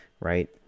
right